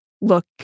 look